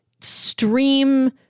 stream